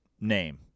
name